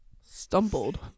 Stumbled